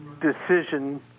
decision